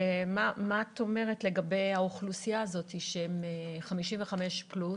מה את אומרת לגבי האוכלוסייה הזאת של 55 פלוס?